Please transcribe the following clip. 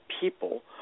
people